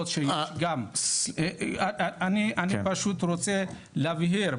אני פשוט רוצה להבהיר,